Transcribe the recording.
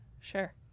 sure